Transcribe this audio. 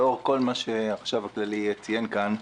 לאור כל מה שהחשב הכללי ציין כאן,